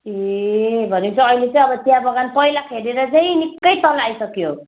ए भनेपछि अहिले चाहिँ अब चिया बगान पहिलाको हेरेर चाहिँ निक्कै तल आइसक्यो